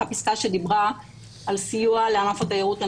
אותה פסקה שדיברה על סיוע לענף התיירות הנכנסת.